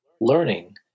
learning